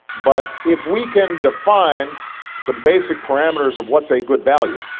but if we can define some basic parameters of what's a good value,